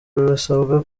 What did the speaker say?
rurasabwa